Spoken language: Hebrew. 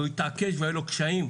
הוא התעקש והיו לו קשיים,